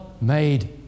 made